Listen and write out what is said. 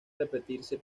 repetirse